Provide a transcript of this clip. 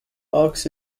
arcs